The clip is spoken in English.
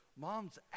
moms